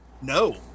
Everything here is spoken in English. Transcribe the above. No